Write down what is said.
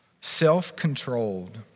self-controlled